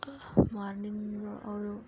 morning ಅವರು